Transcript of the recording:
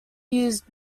used